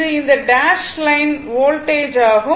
இது இந்த dash line voltage ஆகும்